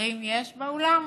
שרים יש באולם?